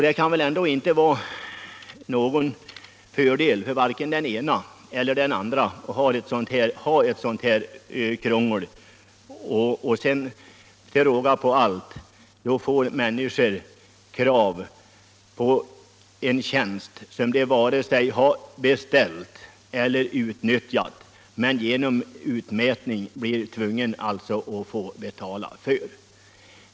Det kan väl inte vara någon fördel för vare sig den ene eller den andre att ha ett sådant här krångel, som till råga på allt medför att människor får krav med anledning av en tjänst som de varken har beställt eller utnyttjat men genom utmätning blir tvungna att betala för.